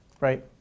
Right